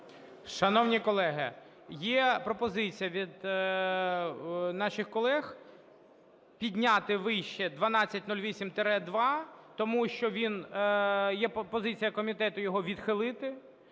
Шановні колеги, є пропозиція від наших колег підняти вище 1208-2, тому що він, є позиція комітету його відхилити